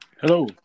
hello